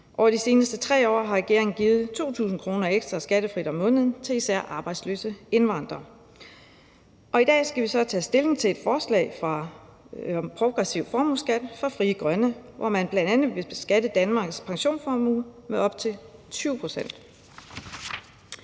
Over de seneste 3 år har regeringen givet 2.000 kr. ekstra skattefrit om måneden til især arbejdsløse indvandrere. I dag skal vi så tage stilling til et forslag om progressiv formueskat fra Frie Grønne, hvor man bl.a. vil beskatte Danmarks pensionsformue med op til 20 pct.